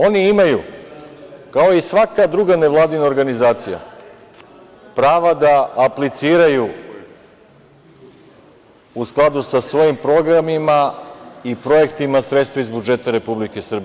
Oni imaju, kao i svaka druga nevladina organizacija, prava da apliciraju, u skladu sa svojim programima i projektima, sredstva iz budžeta Republike Srbije.